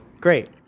Great